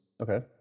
Okay